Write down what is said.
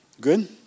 Good